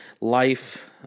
Life